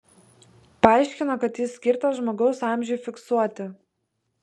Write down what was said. paaiškino kad jis skirtas žmogaus amžiui fiksuoti